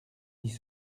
dix